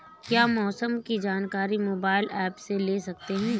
क्या मौसम की जानकारी मोबाइल ऐप से ले सकते हैं?